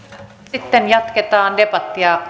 sitten jatketaan debattia